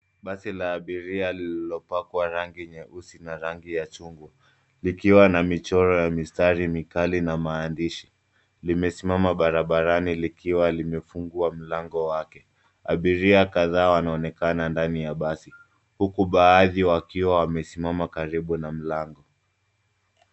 Basi la abiria lililopakwa rangi nyeusi na rangi ya chungwa likiwa na michoro ya mistari mikali na maandishi limesimama barabarani likiwa limefungwa mlango wake. Abiria kadhaa wanaonekana ndani ya basi huku baadhi wakiwa wamesimama karibu na mlango.